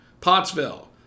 Pottsville